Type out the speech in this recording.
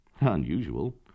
Unusual